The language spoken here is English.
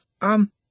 um—